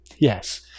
yes